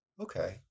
Okay